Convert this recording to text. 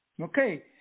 Okay